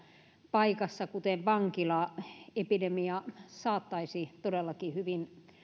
paikassa kuten vankilassa epidemia saattaisi todellakin hyvin